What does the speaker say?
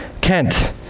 Kent